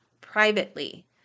privately